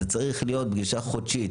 זה צריך להיות פגישה חודשית,